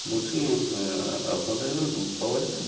বলছি আপনাদের এখানে দুধ পাওয়া যায়